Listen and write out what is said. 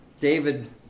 David